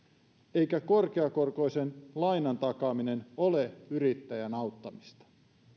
eikä korkeakorkoisen lainan takaaminen ole yrittäjän auttamista